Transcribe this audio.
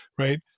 right